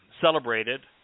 celebrated